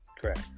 Correct